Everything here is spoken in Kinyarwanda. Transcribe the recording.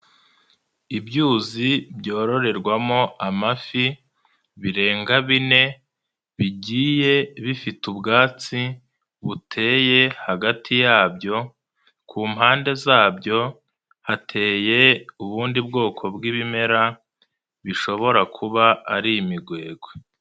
Ibyuzi byororerwamo amafi birenga bine bigiye bifite ubwatsi buteye hagati yabyo, ku mpande zabyo hateye ubundi bwoko bw'ibimera bishobora kuba ari imigwegwe.